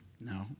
No